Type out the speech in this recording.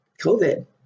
COVID